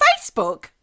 Facebook